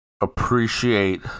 appreciate